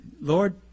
Lord